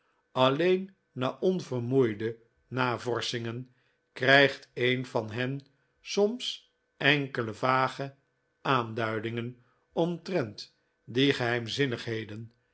alleen na onvermoeide navorschingen krijgt een van hen soms enkele vage aanduidingen omtrent die geheimzinnigheden